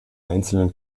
einzelnen